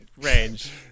range